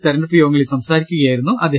തിരഞ്ഞെടുപ്പ് യോഗങ്ങളിൽ സംസാരിക്കുകയായിരുന്നു യെച്ചൂരി